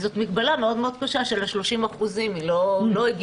זאת מגבלה מאוד מאוד קשה, של 30%. היא לא הגיונית.